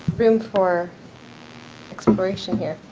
room for exploration here.